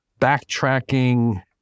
backtracking